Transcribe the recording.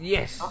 Yes